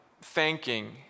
thanking